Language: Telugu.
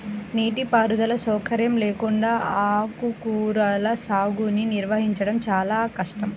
నీటిపారుదల సౌకర్యం లేకుండా ఆకుకూరల సాగుని నిర్వహించడం చాలా కష్టం